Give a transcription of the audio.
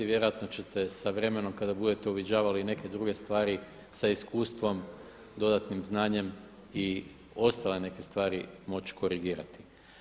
Vjerojatno ćete s vremenom kada budete uviđavali i neke druge stvari sa iskustvom, dodatnim znanjem i ostale neke stvari moći korigirati.